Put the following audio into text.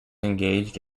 engaged